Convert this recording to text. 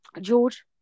George